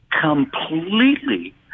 completely